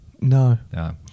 No